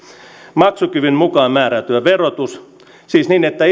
maksukyvyn mukaan määräytyvä verotus siis niin että